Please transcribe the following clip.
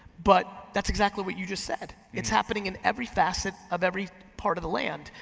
but that's exactly what you just said. it's happening in every facet of every part of the land.